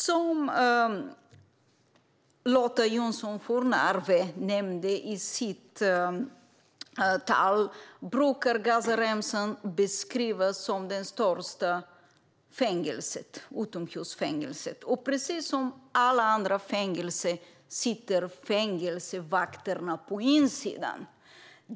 Som Lotta Johnsson Fornarve nämnde i sitt tal brukar Gazaremsan beskrivas som det största utomhusfängelset. Precis som i alla andra fängelser sitter fängelsevakterna på insidan.